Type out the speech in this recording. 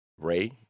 Ray